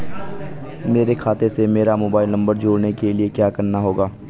मेरे खाते से मेरा मोबाइल नम्बर जोड़ने के लिये क्या करना होगा?